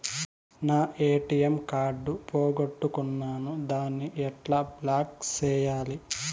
నా ATM card పోగొట్టుకున్నాను, దాన్ని ఎట్లా బ్లాక్ సేయాలి?